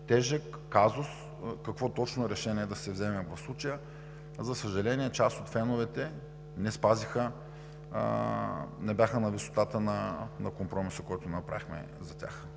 тежък казус какво точно решение да се вземе в случая. За съжаление, част от феновете не бяха на висотата на компромиса, който направихме за тях.